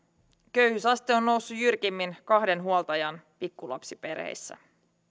köyhyysaste on noussut jyrkimmin kahden huoltajan pikkulapsiperheissä